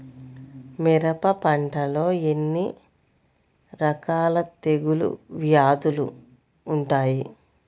మిరప పంటలో ఎన్ని రకాల తెగులు వ్యాధులు వుంటాయి?